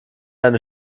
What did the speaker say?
eine